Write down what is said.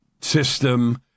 system